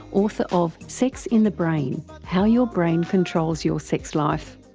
author of sex in the brain how your brain controls your sex life.